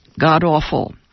god-awful